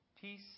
Peace